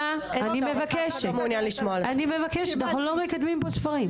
אני מבקשת, אנחנו לא מקדמים פה ספרים.